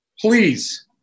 please